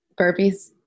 burpees